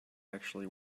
actually